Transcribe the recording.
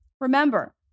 Remember